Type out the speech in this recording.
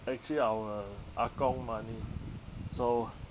actually our ah gong money so